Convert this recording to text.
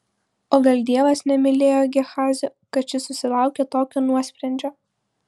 o gal dievas nemylėjo gehazio kad šis susilaukė tokio nuosprendžio